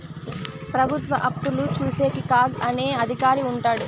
ప్రభుత్వ అప్పులు చూసేకి కాగ్ అనే అధికారి ఉంటాడు